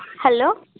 hello